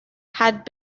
had